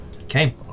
Okay